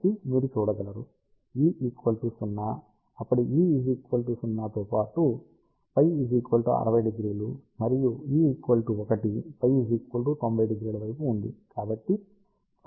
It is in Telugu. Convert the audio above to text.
కాబట్టి మీరు చూడగలరు E 0 అప్పటి E 0 తో పాటు φ 600 మరియు E 1 φ 900 వైపు ఉంటుంది